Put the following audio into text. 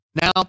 now